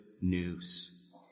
news